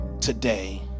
today